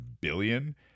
billion